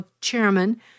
chairman